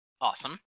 Awesome